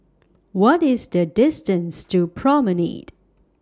What IS The distance to Promenade